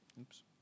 Oops